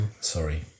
Sorry